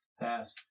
Pass